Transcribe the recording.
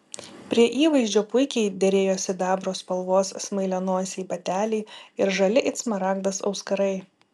prie įvaizdžio puikiai derėjo sidabro spalvos smailianosiai bateliai ir žali it smaragdas auskarai